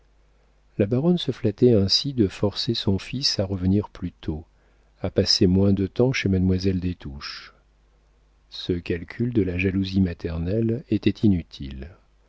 la baronne se flattait ainsi de forcer son fils à revenir plus tôt à passer moins de temps chez mademoiselle des touches ce calcul de la jalousie maternelle était inutile